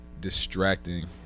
distracting